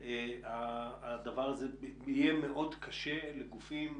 הדבר הזה יהיה מאוד קשה לגופים